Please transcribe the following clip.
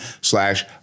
slash